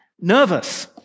nervous